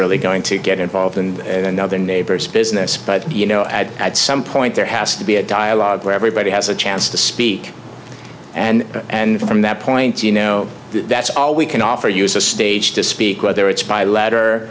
really going to get involved in another neighbor's business but you know at some point there has to be a dialogue where everybody has a chance to speak and and from that point you know that's all we can offer you is a stage to speak whether it's by letter